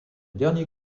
dernier